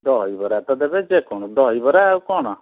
ଦହିବରା ତ ଦେବେ ଯେ କ'ଣ ଦହିବରା ଆଉ କ'ଣ